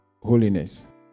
holiness